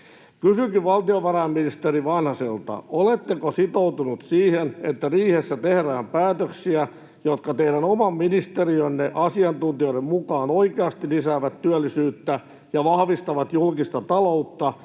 Kysynkin valtiovarainministeri Vanhaselta: Oletteko sitoutunut siihen, että riihessä tehdään päätöksiä, jotka teidän oman ministeriönne asiantuntijoiden mukaan oikeasti lisäävät työllisyyttä ja vahvistavat julkista taloutta?